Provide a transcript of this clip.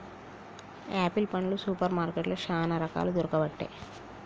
apple పండ్లు super మార్కెట్లో చానా రకాలు దొరుకబట్టె